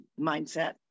mindset